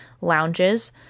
lounges